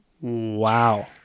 Wow